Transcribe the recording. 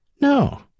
No